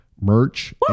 merch